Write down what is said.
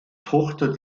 tochter